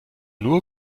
nur